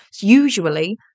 usually